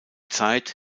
zeit